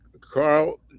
Carl